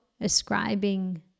ascribing